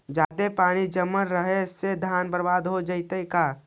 जादे पानी जमल रहे से धान बर्बाद हो जितै का?